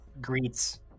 greets